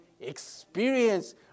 experience